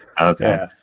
okay